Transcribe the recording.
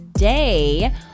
Today